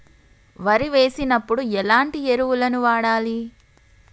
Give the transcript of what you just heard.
వరి వేసినప్పుడు ఎలాంటి ఎరువులను వాడాలి?